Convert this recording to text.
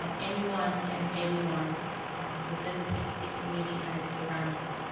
um anyone and everyone within the pcc community and its surroundings.